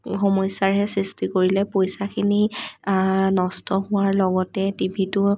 সমস্য়াৰহে সৃষ্টি কৰিলে পইছাখিনি নষ্ট হোৱাৰ লগতে টিভিটোও